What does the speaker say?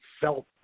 felt